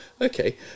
Okay